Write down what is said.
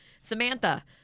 samantha